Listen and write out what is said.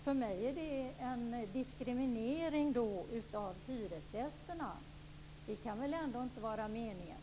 För mig är det en diskriminering av hyresgästerna. Det kan väl ändå inte vara meningen?